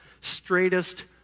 straightest